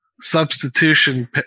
substitution